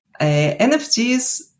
NFTs